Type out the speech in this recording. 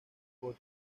por